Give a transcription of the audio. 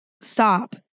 Stop